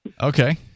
okay